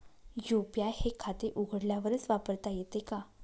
UPI हे खाते उघडल्यावरच वापरता येते का?